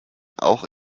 auch